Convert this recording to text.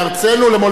למולדתנו,